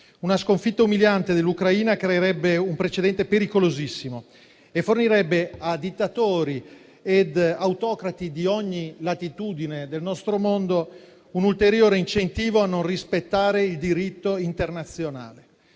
Una sconfitta umiliante dell'Ucraina creerebbe un precedente pericolosissimo e fornirebbe a dittatori e autocrati di ogni latitudine del nostro mondo un ulteriore incentivo a non rispettare il diritto internazionale.